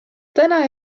täna